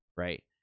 Right